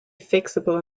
fixable